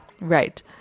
right